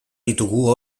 ditugu